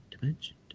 dimension